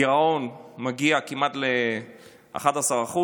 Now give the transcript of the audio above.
הגירעון מגיע כמעט ל-11%,